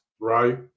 Right